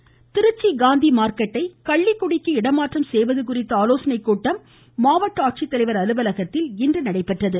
நடராஜன் திருச்சி காந்தி மார்க்கெட்டை கள்ளிக்குடிக்கு இடமாற்றம் செய்வது குறித்த ஆலோசனைக் கூட்டம் மாவட்ட ஆட்சித்தலைவர் அலுவலகத்தில் இன்று நடைபெற்றது